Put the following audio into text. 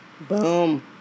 Boom